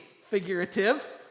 figurative